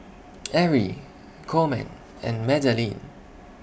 Erie Coleman and Madalynn